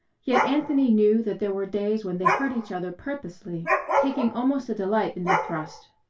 yet anthony knew that there were days when they hurt each other purposely taking almost a delight in the thrust.